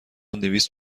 دویست